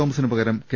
തോമസിന് പകരം കെ